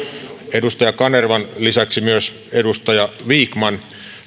edustaja kanervan lisäksi myös edustaja vikman